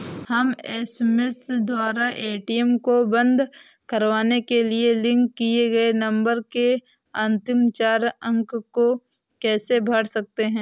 हम एस.एम.एस द्वारा ए.टी.एम को बंद करवाने के लिए लिंक किए गए नंबर के अंतिम चार अंक को कैसे भर सकते हैं?